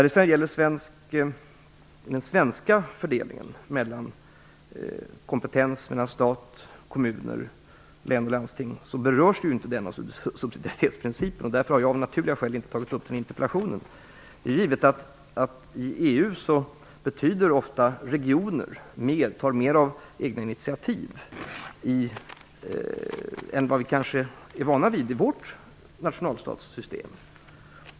Den svenska fördelningen av kompetens mellan stat, kommuner, län och landsting berörs inte av subsidiaritetsprincipen. Därför har jag av naturliga skäl inte tagit upp den i interpellationssvaret. I EU betyder regioner ofta mer än här. De tar fler egna initiativ än vad vi kanske är vana vid i vårt nationalstatssystem.